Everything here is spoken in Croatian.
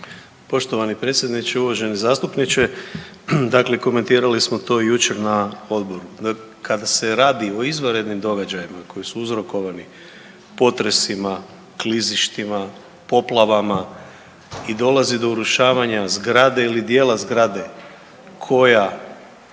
Poštovani predsjedniče, uvaženi zastupniče dakle komentirali smo to i jučer na odboru. Kada se radi o izvanrednim događajima koji su uzrokovani potresima, klizištima, poplavama i dolazi do urušavanja zgrade ili dijela zgrade koja